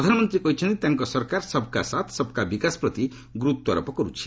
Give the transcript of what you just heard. ପ୍ରଧାନମନ୍ତ୍ରୀ କହିଛନ୍ତି ତାଙ୍କ ସରକାର ସବ୍ କା ସାଥ୍ ସବ୍ କା ବିକାଶ୍ ପ୍ରତି ଗୁର୍ତ୍ୱାରୋପ କରୁଛନ୍ତି